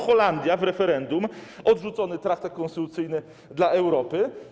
Holandia - w referendum odrzucony traktat konstytucyjny dla Europy.